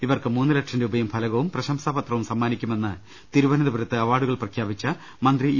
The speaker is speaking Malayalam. ഇവർക്ക് മൂന്നുലക്ഷം രൂപയും ഫലകവും പ്രശംസാപത്രവും സമ്മാനിക്കുമെന്ന് തിരുവനന്തപുരത്ത് അവാർഡു കൾ പ്രഖ്യാപിച്ച മന്ത്രി ഇ